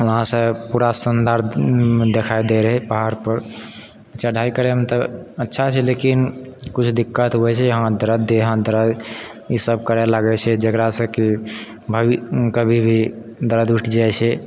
वहाँसँ पूरा शानदार देखाए दै रहै पहाड़पर चढाइ करैमे तऽ अच्छा छै लेकिन किछु दिक्कत होइ छै हाथ दरद देह हाथ दरद ई सब करै लागै छै जकरासँ कि कभी भी दरद उठि जाइ छै